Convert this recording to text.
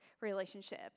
relationship